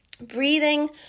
Breathing